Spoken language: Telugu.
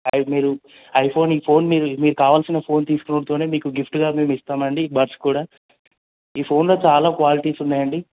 అవి మీరు ఐఫోన్ ఈ ఫోన్ మీ మీకు కావాల్సిన ఫోన్ తీసుకోవడంతోనే మీకు గిఫ్ట్గా మేము ఇస్తామండి ఈ బడ్స్ కూడా ఈ ఫోన్లో చాలా క్వాలిటీస్ ఉన్నాయండి